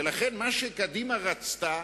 ולכן מה שקדימה רצתה,